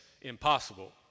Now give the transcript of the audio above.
impossible